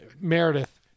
Meredith